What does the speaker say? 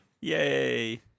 Yay